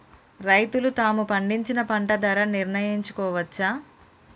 రైతులు తాము పండించిన పంట ధర నిర్ణయించుకోవచ్చా?